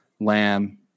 lamb